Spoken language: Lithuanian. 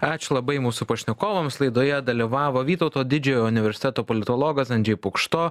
ačiū labai mūsų pašnekovams laidoje dalyvavo vytauto didžiojo universiteto politologas andžej pukšto